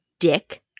Dick